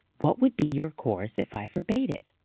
what would be your course if i forbade it?